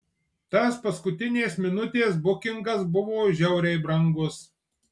tas paskutinės minutės bukingas buvo žiauriai brangus